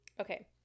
okay